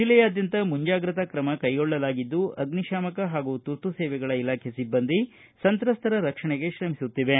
ಜಿಲ್ಲೆಯಾದ್ಯಂತ ಮುಂಜಾಗ್ರತಾ ಕ್ರಮ ಕೈಗೊಳ್ಳಲಾಗಿದ್ದು ಅಗ್ನಿಶಾಮಕ ಹಾಗೂ ತುರ್ತು ಸೇವೆಗಳ ಇಲಾಖೆ ಸಿಬ್ಬಂದಿ ಸಂತ್ರಸ್ತರ ರಕ್ಷಣೆಗೆ ಶ್ರಮಿಸುತ್ತಿವೆ